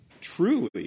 truly